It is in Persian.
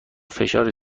فشار